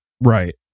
Right